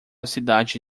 cidade